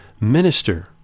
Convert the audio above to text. minister